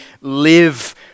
live